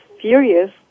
furious